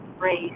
race